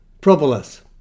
Propolis